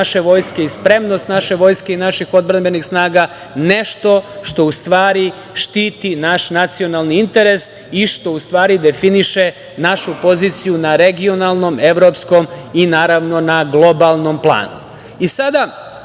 naše vojske i spremnost naše vojske i naših odbrambenih snaga nešto što u stvari štiti naš nacionalni interes i što definiše našu poziciju na regionalnom, evropskom i na globalnom planu. Sada,